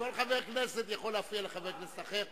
כל חבר כנסת יכול להפריע לחבר כנסת אחר.